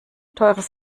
teures